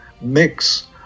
mix